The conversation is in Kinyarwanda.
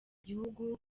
gihugu